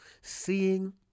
seeing